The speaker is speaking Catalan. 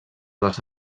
les